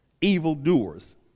evildoers